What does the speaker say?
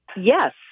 Yes